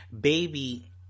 baby